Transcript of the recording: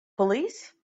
police